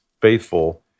faithful